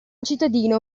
cittadino